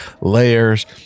layers